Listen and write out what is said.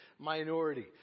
minority